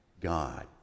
God